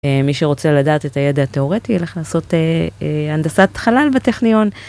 מי שרוצה לדעת את הידע התיאורטי, יילך לעשות הנדסת חלל בטכניון.